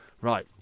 Right